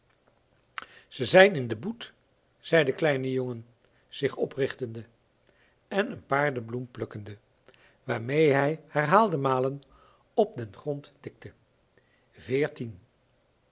ze zijn in de boet zei de kleine jongen zich oprichtende en een paardebloem plukkende waarmee hij herhaalde malen op den grond tikte veertien